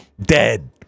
Dead